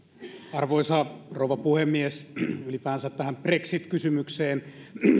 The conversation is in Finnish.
arvoisa rouva puhemies ylipäänsä tähän brexit kysymykseen